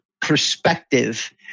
perspective